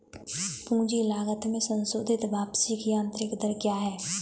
पूंजी लागत में संशोधित वापसी की आंतरिक दर क्या है?